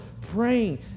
praying